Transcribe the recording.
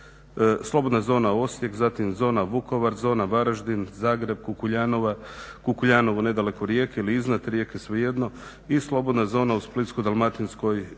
slobodna zona Osijek, zatim zona Vukovar, zona Varaždin, Zagreb, Kukuljanovo nedaleko Rijeke ili iznad Rijeke, svejedno i slobodna zona u Splitsko-dalmatinskoj